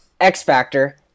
X-Factor